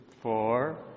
four